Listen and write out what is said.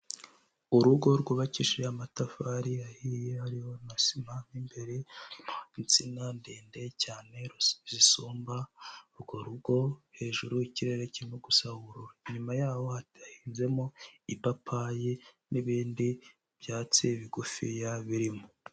Urugo rwubakishije amatafari ahiye hariho na sima, mo imbere harimo nsina ndende cyane zisumba urwo rugo, hejuru ikirere kirimo gusa ubururu. Inyuma yaho hahinzemo ipapayi n'ibindi byatsi bigufiya birimo.